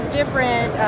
different